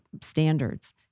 standards